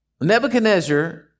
Nebuchadnezzar